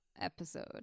episode